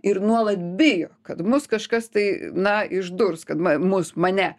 ir nuolat bijo kad mus kažkas tai na išdurs kad mus mane